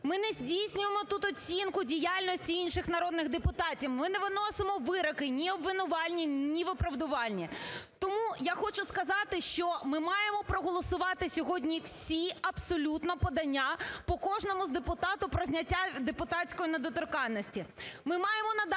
ми не здійснюємо тут оцінку діяльності інших народних депутатів, ми не виносимо вироки ні обвинувальні, ні виправдувальні. Тому я хочу сказати, що ми маємо проголосувати сьогодні всі абсолютно подання по кожному депутату про зняття депутатської недоторканності.